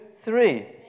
three